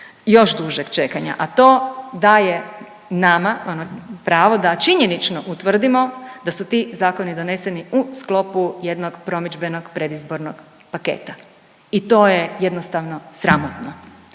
još dužeg čekanja, a to daje nama pravo da činjenično utvrdimo da su ti zakoni doneseni u sklopu jednog promidžbenog predizbornog paketa. I to je jednostavno sramotno.